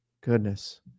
goodness